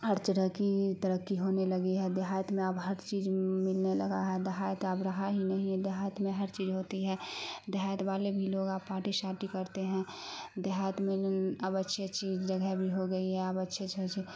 ہر طرح کی ترقی ہونے لگی ہے دیہات میں اب ہر چیز ملنے لگا ہے دیہات اب رہا ہی نہیں دیہات میں ہر چیز ہوتی ہے دیہات والے بھی لوگ آپ پارٹی شارٹی کرتے ہیں دیہات میں اب اچھی اچھی جگہ بھی ہو گئی ہے اب اچھے اچھے اچھے